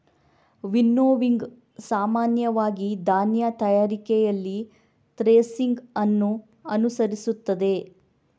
winnowing ಸಾಮಾನ್ಯವಾಗಿ ಧಾನ್ಯ ತಯಾರಿಕೆಯಲ್ಲಿ ಥ್ರೆಸಿಂಗ್ ಅನ್ನು ಅನುಸರಿಸುತ್ತದೆ